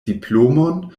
diplomon